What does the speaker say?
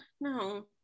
no